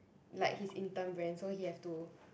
like his intern brand so he have to